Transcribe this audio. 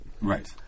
Right